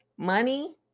Money